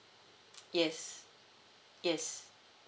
yes yes